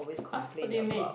!huh! what do you mean